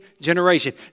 generation